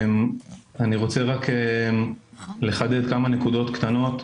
אני רוצה לחדד כמה נקודות קטנות.